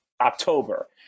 October